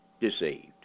deceived